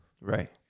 Right